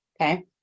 Okay